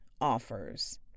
offers